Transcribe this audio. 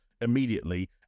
immediately